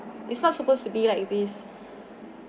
it's not supposed to be like this